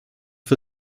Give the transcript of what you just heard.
für